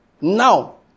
now